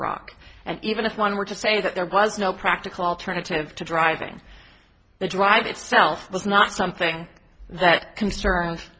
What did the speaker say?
rock and even if one were to say that there was no practical alternative to driving the drive itself was not something that concern